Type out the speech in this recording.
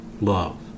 love